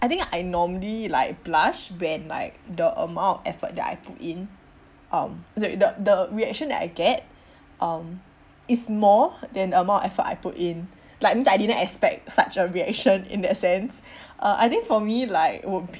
I think I normally like blush when like the amount of effort that I took in um sorry the the reaction that I get um is more than the amount of effort I put in like means I didn't expect such a reaction in that sense uh I think for me like would